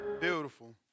Beautiful